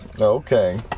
okay